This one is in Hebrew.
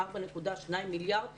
42 מיליארד שקלים,